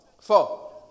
Four